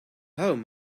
home